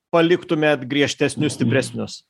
paliktumėt griežtesnius stipresnius